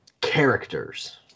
characters